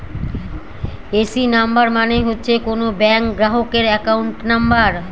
AC number মানে হচ্ছে কোনো ব্যাঙ্ক গ্রাহকের একাউন্ট নাম্বার